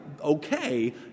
okay